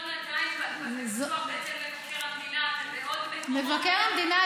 אצל מבקר המדינה,